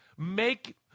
make